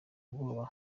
ubwoba